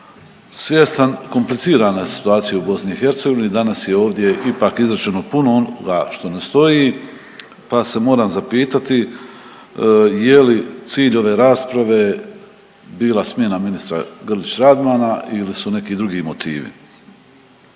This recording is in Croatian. Svjestan komplicirane situacije u BiH danas je ovdje ipak izrečeno puno onoga što ne stoji, pa se moram zapitati je li cilj ove rasprave bila smjena ministra Grlić Radmana ili su neki drugi motivi.